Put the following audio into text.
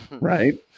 right